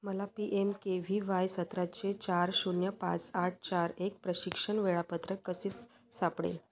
मला P M K V Y सत्राचे चार शून्य पाच आठ चार एक प्रशिक्षण वेळापत्रक कसे सापडेल